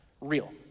real